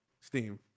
Steam